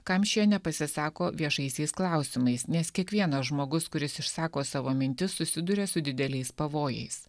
kam šie nepasisako viešaisiais klausimais nes kiekvienas žmogus kuris išsako savo mintis susiduria su dideliais pavojais